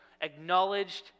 acknowledged